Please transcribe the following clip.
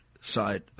side